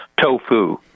tofu